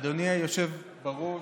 אדוני היושב בראש,